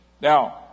now